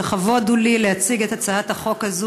לכבוד הוא לי להציג את הצעת החוק הזאת.